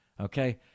Okay